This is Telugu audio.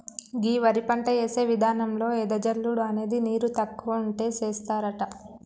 గీ వరి పంట యేసే విధానంలో ఎద జల్లుడు అనేది నీరు తక్కువ ఉంటే సేస్తారట